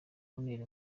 kuntera